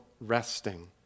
resting